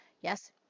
yes